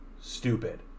stupid